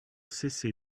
cessé